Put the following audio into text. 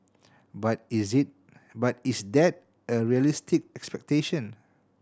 but is this but is that a realistic expectation